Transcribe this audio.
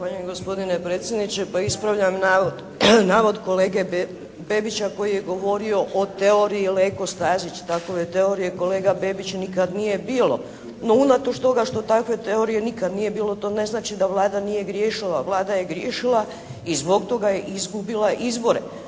Zahvaljujem gospodine predsjedniče, pa ispravljam navod kolege Bebića koji je govorio o teoriji Leko-Stazić. Takove teorije, kolega Bebić, nikad nije bilo no unatoč toga što takve teorije nikad nije bilo to ne znači da Vlada nije griješila. Vlada je griješila i zbog toga je izgubila izbore.